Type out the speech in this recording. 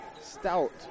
Stout